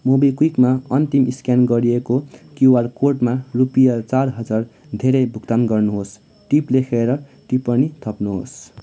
मोबिक्विकमा अन्तिम स्क्यान गरिएको क्युआर कोडमा रुपियाँ चार हजार धेरै भुक्तान गर्नुहोस् टिप लेखेर टिप्पणी थप्नुहोस्